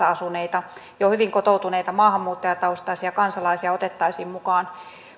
asuneita jo hyvin kotoutuneita maahanmuuttajataustaisia kansalaisia otettaisiin mukaan